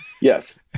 Yes